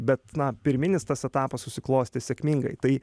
bet na pirminis tas etapas susiklostė sėkmingai tai